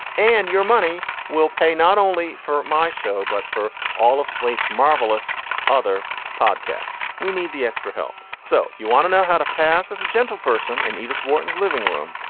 and your money will pay not only for my show, but for all of slate's marvelous other podcasts. we need the extra help. so if you want to know how to pass as a gentle person and edith wharton's living room,